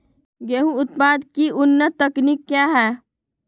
गेंहू उत्पादन की उन्नत तकनीक क्या है?